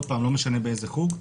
לא משנה באיזה חוג,